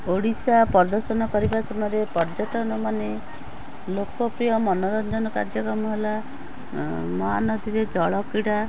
ଓଡ଼ିଶା ପ୍ରଦର୍ଶନ କରିବା ସମୟରେ ପର୍ଯ୍ୟଟନ ମାନେ ଲୋକପ୍ରିୟ ମନୋରଞ୍ଜନ କାର୍ଯ୍ୟକ୍ରମ ହେଲା ମହାନଦୀରେ ଜଳ କ୍ରୀଡ଼ା